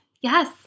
Yes